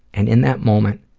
and in that moment,